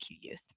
youth